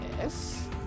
yes